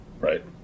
right